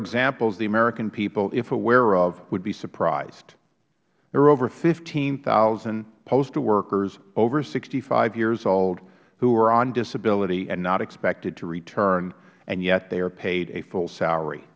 examples the american people if aware of would be surprised there are over fifteen thousand postal workers sixty five years old who are on disability and not expected to return and yet they are paid a full salary